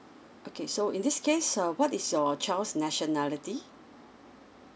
okay so in this case uh what is your child's nationality